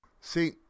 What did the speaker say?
See